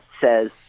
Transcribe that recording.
says